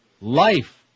Life